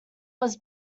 was